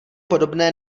podobné